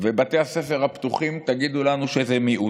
ובתי הספר הפתוחים, תגידו לנו שזה מיעוט.